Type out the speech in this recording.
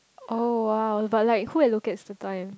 oh !wow! but like who allocate the time